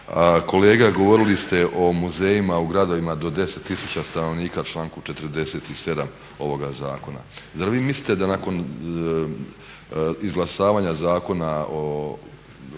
Kolega govorili ste o muzejima u gradovima do 10 tisuća stanovnika, članku 47. ovoga zakona. Zar vi mislite da nakon izglasavanja Zakona